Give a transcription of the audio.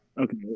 Okay